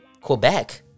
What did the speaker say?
Quebec